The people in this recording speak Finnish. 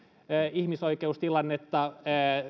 ihmisoikeustilannetta